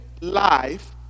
life